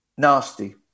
nasty